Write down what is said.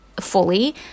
Fully